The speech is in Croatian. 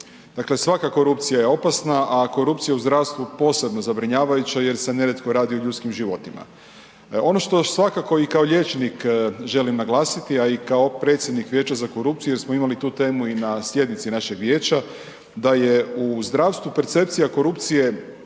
Dakle, svaka korupcija je opasna, a korupcija u zdravstvu posebno zabrinjavajuća jer se nerijetko radi o ljudskim životima. Ono što svakako i kao liječnik želim naglasiti, a i kao predsjednik vijeća za korupciju jer smo imali tu temu i na sjednici našeg vijeća da je u zdravstvu percepcija korupcije